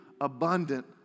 abundant